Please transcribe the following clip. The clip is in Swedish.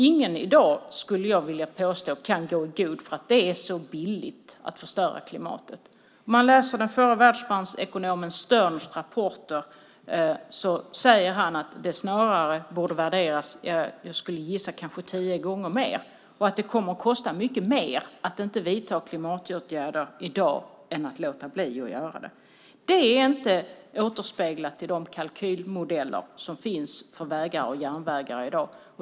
Ingen i dag kan i gå i god för att det är så billigt att förstöra klimatet. Om vi läser den förre världsbanksekonomen Sterns rapporter säger han att det snarare borde värderas tio gånger högre och att det kommer att kosta mer att inte vidta klimatåtgärder i dag än att göra det. Det här återspeglas inte i de kalkylmodeller som finns för vägar och järnvägar i dag.